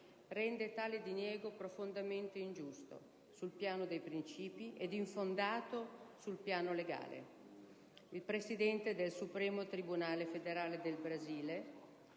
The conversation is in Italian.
rende tale diniego profondamente ingiusto sul piano dei principi e infondato sul piano legale; il Presidente del Supremo tribunale federale del Brasile